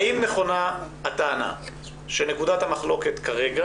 האם נכונה הטענה שנקודת המחלוקת כרגע